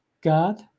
God